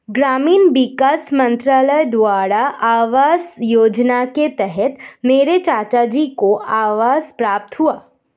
ग्रामीण विकास मंत्रालय द्वारा आवास योजना के तहत मेरे चाचाजी को आवास प्राप्त हुआ